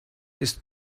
ist